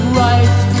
right